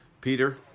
Peter